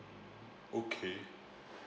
okay